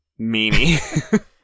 meanie